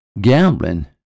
Gambling